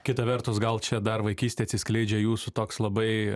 kita vertus gal čia dar vaikystėj atsiskleidžia jūsų toks labai